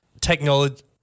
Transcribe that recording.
technology